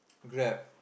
Grab